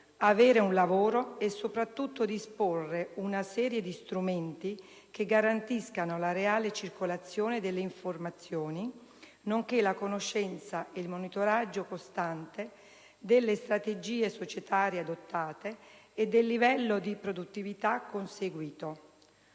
avere un lavoro e, soprattutto, di disporre di una serie di strumenti che garantiscano la reale circolazione delle informazioni, nonché la conoscenza e il monitoraggio costante delle strategie societarie adottate e del livello di produttività conseguito.